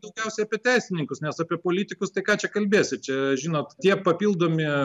daugiausiai apie teisininkus nes apie politikus tai ką čia kalbėsi čia žinot tie papildomi